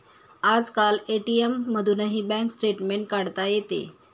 आजकाल ए.टी.एम मधूनही bank statement काढता येते